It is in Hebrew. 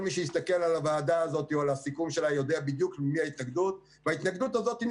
בחנה את האופציה הזאת וקיבלה החלטה שיש אפשרות